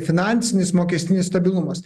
finansinis mokestinis stabilumas